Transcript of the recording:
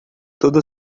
toda